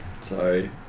Sorry